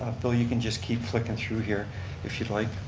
bill you can just keep flicking through here if you'd like.